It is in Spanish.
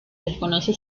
desconoce